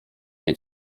nie